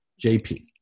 JP